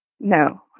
No